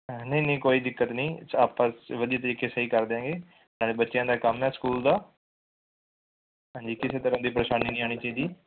ਨਹੀਂ ਨਹੀਂ ਕੋਈ ਦਿੱਕਤ ਨਹੀਂ ਆਪਾਂ ਵਧੀਆ ਤਰੀਕੇ ਸਹੀ ਕਰ ਦਿਆਂਗੇ ਨਾਲੇ ਬੱਚਿਆਂ ਦਾ ਕੰਮ ਹੈ ਸਕੂਲ ਦਾ ਹਾਂਜੀ ਕਿਸੇ ਤਰ੍ਹਾਂ ਦੀ ਪ੍ਰੇਸ਼ਾਨੀ ਨਹੀਂ ਆਉਣੀ ਚਾਈਦੀ